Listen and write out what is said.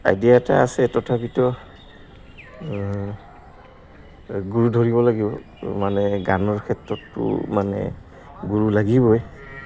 idea এটা আছে তথাপিত গুৰু ধৰিব লাগিব মানে গানৰ ক্ষেত্ৰততো মানে গুৰু লাগিবই